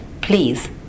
Please